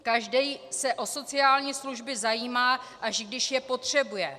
Každý se o sociální služby zajímá, až když je potřebuje.